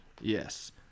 Yes